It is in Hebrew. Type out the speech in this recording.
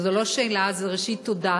זו לא שאלה, זו, ראשית, תודה